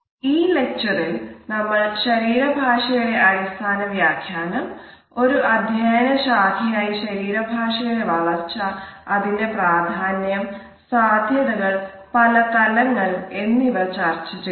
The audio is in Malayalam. ഈ ലെക്ച്ചറിൽ നമ്മൾ ശരീര ഭാഷയുടെ അടിസ്ഥാന വ്യാഖ്യാനം ഒരു അധ്യയന ശാഖയായി ശരീര ഭാഷയുടെ വളർച്ച അതിന്റെ പ്രാധാന്യം സാധ്യതകൾ പല തലങ്ങൾ എന്നിവ ചർച്ച ചെയ്തു